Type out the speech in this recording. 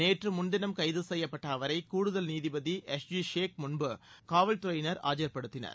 நேற்று முன்தினம் கைது செய்யப்பட்ட அவரை கூடுதல் நீதிபதி எஸ்ஜி ஷேக் முன்பு மும்பை காவல்துறையினர் ஆஜர்படுத்தினர்